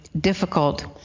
difficult